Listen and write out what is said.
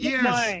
Yes